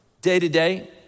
day-to-day